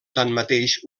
tanmateix